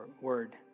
word